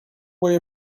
way